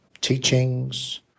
teachings